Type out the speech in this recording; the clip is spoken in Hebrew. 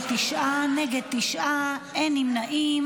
את הצעת חוק הנוער